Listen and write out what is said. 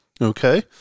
Okay